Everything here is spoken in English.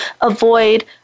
avoid